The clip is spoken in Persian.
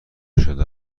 شده